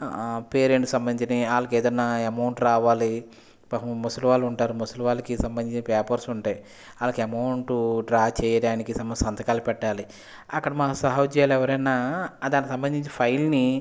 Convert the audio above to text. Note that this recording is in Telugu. పేరెంట్ సంబందించినవి వాళ్ళకెదన్న ఎమౌంట్ రావాలి పాపం ముసలివాళ్ళు ఉంటారు ముసలివాళ్ళకి సంబందించిన పేపర్స్ ఉంటాయి వాళ్ళకి ఎమౌంట్ డ్రా చేయడానికి సంతకాలు పెట్టాలి అక్కడ మన సహోధ్యులు ఎవరైనా దానికి సంబందించిన ఫైల్ని